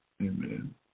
Amen